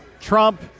Trump